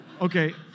Okay